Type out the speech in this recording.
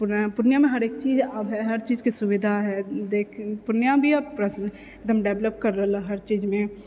पूर्णियामे हरेक चीज आब है हर चीजके सुविधा है देख पूर्णिया भी अब प्रसिद्ध एकदम डेवलप कर रहलऽ हर चीजमे